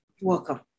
Welcome